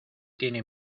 tiene